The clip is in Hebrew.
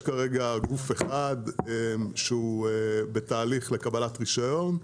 וכרגע יש גוף אחד שהוא בתהליך לקבלת רישיון,